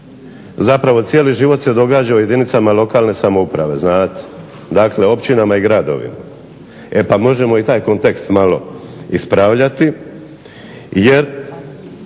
Zapravo cijeli život se događa u jedinicama lokalne samouprave, znate, dakle u općinama i gradovima. E pa možemo i taj kontekst malo ispravljati jer